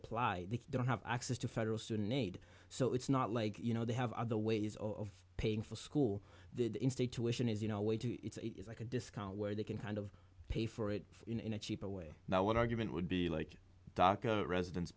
apply they don't have access to federal student aid so it's not like you know they have other ways of paying for school in state tuition is you know way to it's like a discount where they can kind of pay for it in a cheaper way now what argument would be like darker residents